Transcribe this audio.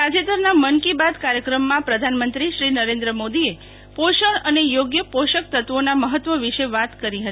તાજેતરના મન કી બાત કાર્યક્રમમાં પ્રધાનમંત્રીશ્રી નરેન્દ્ર મોદીએ પોષણ અને થોગ્ય પોષકતત્વોના મફત્વ વિશે વાત કરી હતી